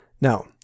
Now